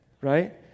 Right